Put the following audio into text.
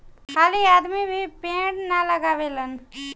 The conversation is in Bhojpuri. खाली आदमी भी पेड़ ना लगावेलेन